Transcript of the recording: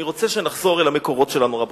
אני רוצה שנחזור אל המקורות שלנו, רבותי,